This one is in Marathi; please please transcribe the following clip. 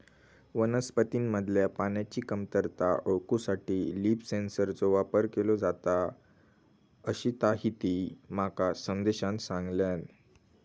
वनस्पतींमधल्या पाण्याची कमतरता ओळखूसाठी लीफ सेन्सरचो वापर केलो जाता, अशीताहिती माका संदेशान सांगल्यान